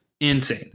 insane